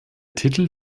titel